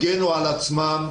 הגנו על עצמם,